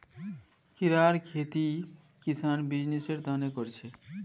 कीड़ार खेती किसान बीजनिस्सेर तने कर छे